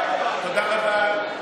יש לי הודעה אישית, תודה רבה.